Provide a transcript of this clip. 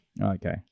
Okay